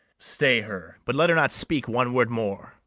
stay her, but let her not speak one word more.